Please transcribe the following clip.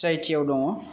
CIT आव दङ